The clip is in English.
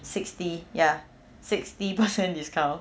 sixty ya sixty percent discount